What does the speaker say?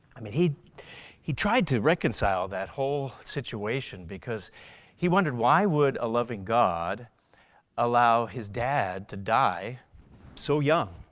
i mean he he tried to reconcile that whole situation because he wondered why would a loving god allow his dad to die so young.